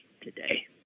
today